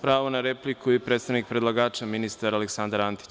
Pravo na repliku predstavnik predlagača, ministar Antić.